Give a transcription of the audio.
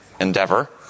endeavor